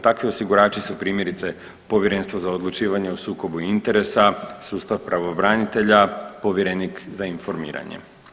Takvi osigurači su primjerice Povjerenstvo za odlučivanje o sukobu interesa, sustav pravobranitelja, povjerenik za informiranje.